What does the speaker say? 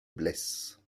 blesse